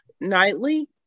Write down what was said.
nightly